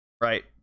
right